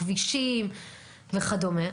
כבישים וכדומה,